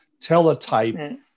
teletype